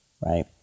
right